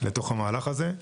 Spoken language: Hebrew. לתוך המהלך הזה.